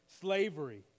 slavery